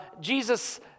Jesus